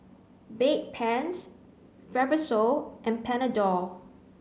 Bedpans Fibrosol and Panadol